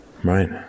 Right